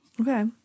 Okay